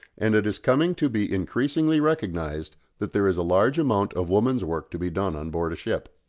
and it is coming to be increasingly recognised that there is a large amount of women's work to be done on board a ship.